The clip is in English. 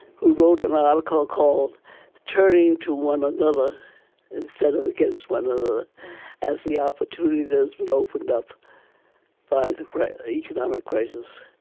who wrote an article called turning to one another instead of against one another as the opportunity has been opened up by the economic crisis.